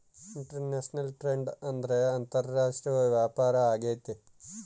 international trade ಅಂದ್ರೆ ಅಂತಾರಾಷ್ಟ್ರೀಯ ವ್ಯಾಪಾರ ಆಗೈತೆ